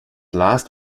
last